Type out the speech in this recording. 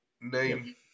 name